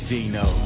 Dino